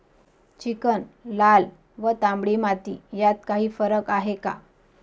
Chicken, लाल व तांबडी माती यात काही फरक आहे का?